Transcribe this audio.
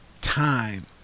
time